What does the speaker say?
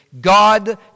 God